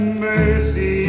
mercy